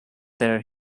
there